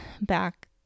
back